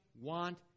want